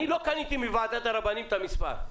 אני לא קניתי מוועדת הרבנים את המספר.